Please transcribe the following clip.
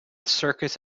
circus